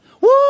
Woo